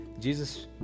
Jesus